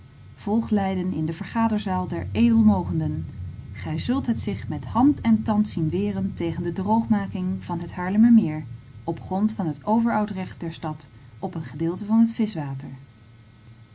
volg leiden in de vergaderzaal der edelmogenden gij zult het zich met hand en tand zien weren tegen de droogmaking van het haarlemmermeer op grond van het overoud recht der stad op een gedeelte van het